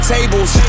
Tables